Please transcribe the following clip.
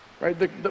Right